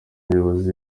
umukozi